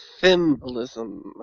Symbolism